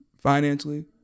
financially